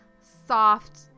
soft